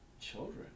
children